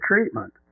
treatment